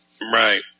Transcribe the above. Right